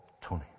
Tony